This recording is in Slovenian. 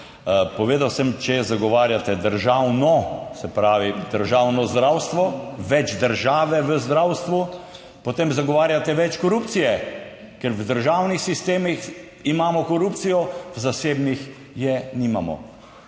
Povedal sem: če zagovarjate državno, se pravi državno zdravstvo, več države v zdravstvu, potem zagovarjate več korupcije, ker v državnih sistemih imamo korupcijo, v zasebnih je nimamo.